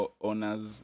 owners